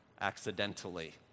accidentally